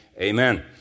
amen